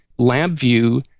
LabVIEW